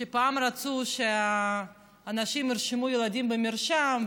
שפעם רצו שאנשים ירשמו ילדים במרשם,